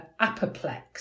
Apoplex